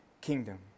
kingdom